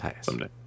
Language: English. Someday